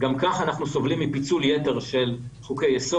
גם כך אנחנו סובלים מפיצול יתר של חוקי-יסוד.